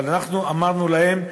אבל אנחנו אמרנו להם: